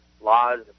laws